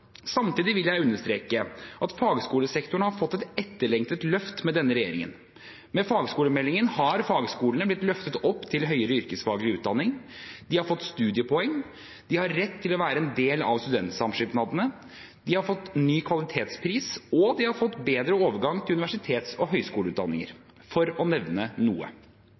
Samtidig vil jeg understreke at fagskolesektoren har fått et etterlengtet løft med denne regjeringen. Med fagskolemeldingen har fagskolene, for å nevne noe: blitt løftet opp til høyere yrkesfaglig utdanning fått studiepoeng rett til å være en del av studentsamskipnadene ny kvalitetspris bedre overgang til universitets- og høyskoleutdanninger Vi har også økt antallet studieplasser med til